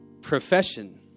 profession